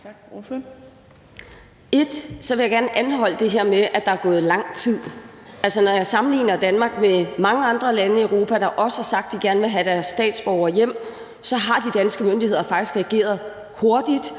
vil jeg gerne anholde det her med, at der er gået lang tid. Altså, når jeg sammenligner Danmark med mange andre lande i Europa, der også har sagt, at de gerne vil have deres statsborgere hjem, så har de danske myndigheder faktisk reageret hurtigt